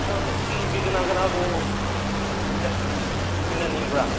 ꯅꯪ ꯅꯨꯄꯤ ꯀꯅꯥ ꯀꯅꯥꯕꯨ ꯆꯠꯃꯤꯟꯅꯅꯤꯡꯕ꯭ꯔꯥ